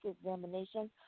examination